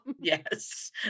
Yes